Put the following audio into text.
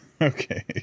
Okay